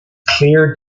clear